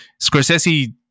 Scorsese